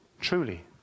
Truly